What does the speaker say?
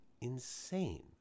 insane